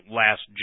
last